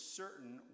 certain